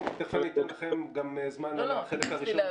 תיכף אני אתן לכם זמן על חלק הראשון,